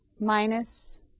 minus